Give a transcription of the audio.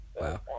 wow